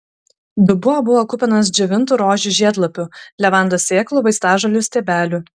dubuo buvo kupinas džiovintų rožių žiedlapių levandos sėklų vaistažolių stiebelių